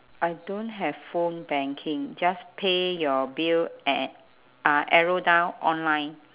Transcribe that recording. I don't have phone banking just pay your bill at uh arrow down online